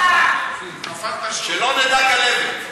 שלא נדע כלבת.